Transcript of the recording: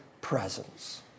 presence